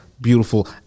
beautiful